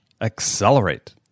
accelerate